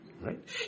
Right